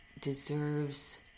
deserves